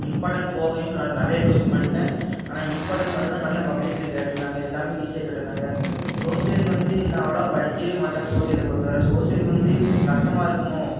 important போகயும் நான் நிறைய கொஸ்டின் படித்தேன் ஆனால் இம்பார்டென்ட் மாட்டும்தான் நல்லா பப்ளிக்கில் கேட்டுருந்தாங்க எல்லாம் ஈஸியாக கேட்டுருந்தாங்க சோசியல் வந்து நான் அவ்வளோவா படிக்கவே மாட்டேன் சோசியலை பொறுத்தை வரை சோசியல் வந்து கஷ்டமாக இருக்கும்